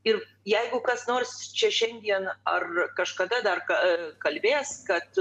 ir jeigu kas nors čia šiandien ar kažkada kalbės kad